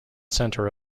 center